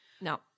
No